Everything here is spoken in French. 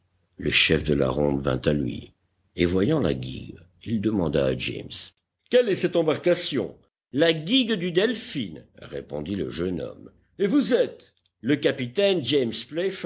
le chef de la ronde vint à lui et voyant la guigue il demanda à james quelle est cette embarcation la guigue du delphin répondit le jeune homme et vous êtes le capitaine james